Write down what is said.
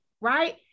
right